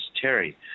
Terry